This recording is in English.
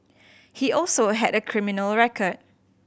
he also had a criminal record